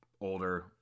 older